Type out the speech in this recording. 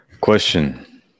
Question